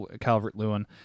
Calvert-Lewin